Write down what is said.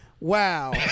wow